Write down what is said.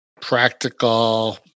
practical